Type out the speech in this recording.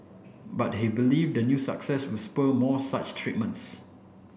but he believe the new success will spur more such treatments